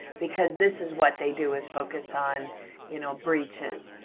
because this is what they do, is focus on you know breaches.